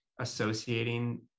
associating